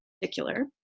particular